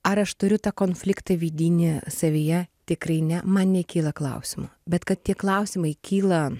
ar aš turiu tą konfliktą vidinį savyje tikrai ne man nekyla klausimų bet kad tie klausimai kyla